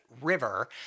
river